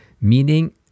Meaning